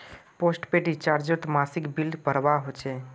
postpaid रिचार्जोत मासिक bill भरवा होचे